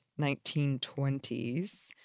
1920s